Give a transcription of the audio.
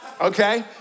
okay